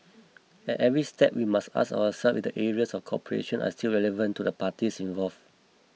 at every step we must ask ourselves if the areas of cooperation are still relevant to the parties involve